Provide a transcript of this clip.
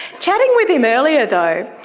chatting with him earlier though,